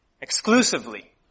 exclusively